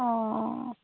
অ